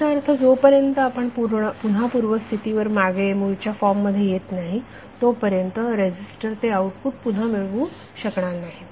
याचा अर्थ जोपर्यंत आपण पुन्हा पूर्वस्थितीवर मागे मूळच्या फॉर्म मध्ये येत नाही तोपर्यंत रेझीस्टर ते आउटपुट पुन्हा मिळवू शकणार नाही